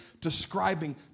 describing